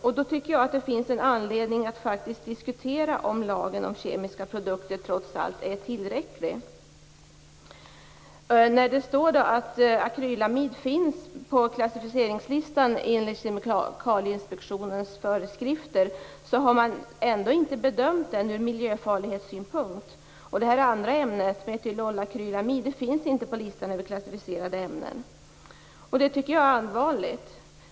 Jag tycker att det finns anledning att diskutera om ifall lagen om kemiska produkter är tillräcklig. Kemikalieinspektionens föreskrifter, men man har alltså inte bedömt ämnet ur miljöfarlighetssynpunkt. Det andra ämnet, metylolakrylamid, finns inte på listan över klassificerade ämnen. Detta tycker jag är allvarligt.